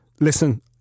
Listen